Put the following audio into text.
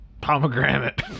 pomegranate